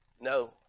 No